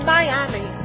Miami